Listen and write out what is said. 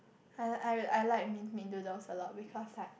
I I I like minced meat noodles a lot because like